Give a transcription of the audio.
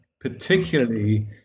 particularly